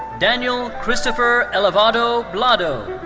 daniel christopher elevado blado.